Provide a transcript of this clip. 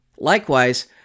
Likewise